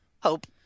Hope